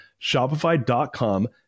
Shopify.com